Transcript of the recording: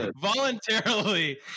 voluntarily